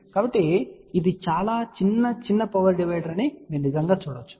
కాబట్టి ఇది చాలా చిన్న చిన్న పవర్ డివైడర్ అని మీరు నిజంగా చూడవచ్చు సరే